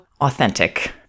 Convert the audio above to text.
authentic